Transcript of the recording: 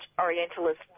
Orientalist